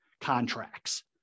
contracts